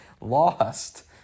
lost